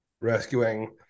rescuing